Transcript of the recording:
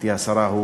גברתי השרה,